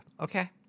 okay